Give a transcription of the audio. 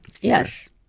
Yes